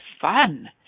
fun